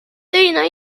teine